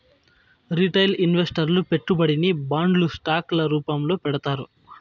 retail ఇన్వెస్టర్లు పెట్టుబడిని బాండ్లు స్టాక్ ల రూపాల్లో పెడతారు